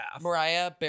Mariah